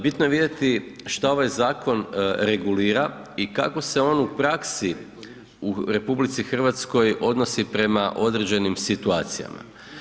Bitno je vidjeti šta ovaj zakon regulira i kako se on u praksi u RH odnosi prema određenim situacijama.